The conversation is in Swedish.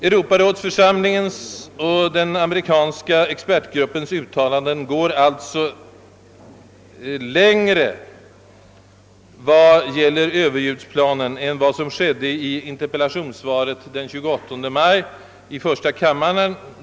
Europarådsförsamlingens och den amerikanska expertgruppens uttalanden går alltså i viss mån längre vad gäller överljudsplanen än vad vederbörande statsråd gjorde i sitt interpellationssvar i ämnet den 28 maj i första kammaren.